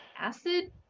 acid